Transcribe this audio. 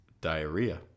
diarrhea